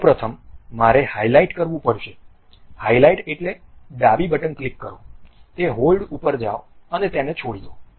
તેથી સૌ પ્રથમ મારે હાઇલાઇટ કરવું પડશે હાઇલાઇટ એટલે ડાબી બટન ક્લિક કરો તે હોલ્ડ ઉપર જાઓ અને તેને છોડી દો